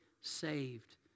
saved